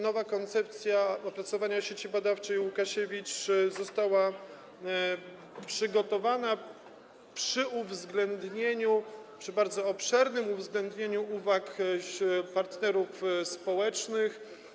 Nowa koncepcja opracowania Sieci Badawczej: Łukasiewicz została przygotowana przy bardzo obszernym uwzględnieniu uwag partnerów społecznych.